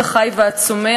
כל החי והצומח,